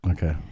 Okay